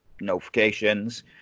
Notifications